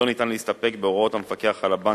ניתן להסתפק בהוראות המפקח על הבנקים.